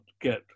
get